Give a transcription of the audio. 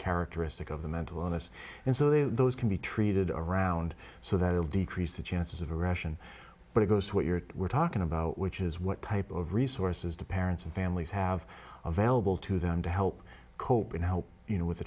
characteristic of the mental illness and so those can be treated around so that will decrease the chances of aggression but it goes to what you're talking about which is what type of resources to parents and families have available to them to help cope and help you know with the